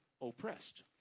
oppressed